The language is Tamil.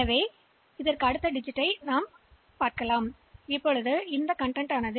எனவே அந்த மதிப்பு 3001 இடத்தில் சேமிக்கப்படும் இப்போது மீண்டும் செய்கிறோம்